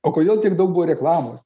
o kodėl tiek daug buvo reklamos